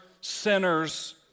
sinners